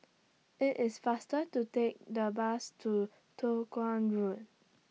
IT IS faster to Take The Bus to Toh Guan Road